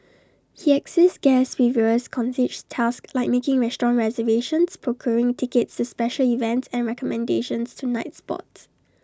he assists guests with various concierge tasks like making restaurant reservations procuring tickets to special events and recommendations to nightspots